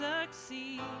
succeed